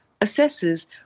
assesses